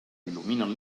il·luminen